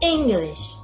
English